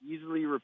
easily